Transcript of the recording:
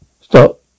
stop